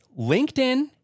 LinkedIn